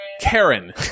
Karen